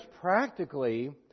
practically